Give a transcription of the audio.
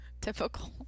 Typical